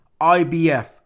IBF